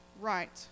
right